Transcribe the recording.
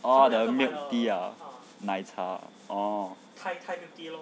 oh the milk tea ah 奶茶 oh